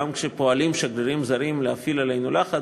גם כששגרירים זרים פועלים להפעיל עלינו לחץ,